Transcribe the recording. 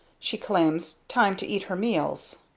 she claims time to eat her meals.